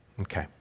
Okay